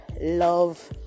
love